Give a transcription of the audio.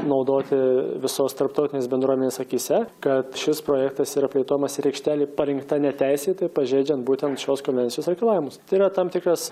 naudoti visos tarptautinės bendruomenės akyse kad šis projektas yra plėtojamas ir aikštelė parinkta neteisėtai pažeidžiant būtent šios konvencijos reikalavimus tai yra tam tikras